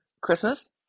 Christmas